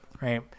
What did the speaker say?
Right